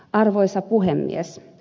arvoisa puhemies